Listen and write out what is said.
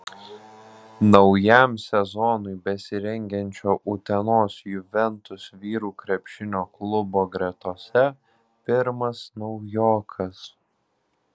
naujam sezonui besirengiančio utenos juventus vyrų krepšinio klubo gretose pirmas naujokas